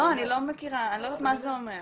לא, אני לא יודעת מה זה אומר.